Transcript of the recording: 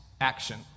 action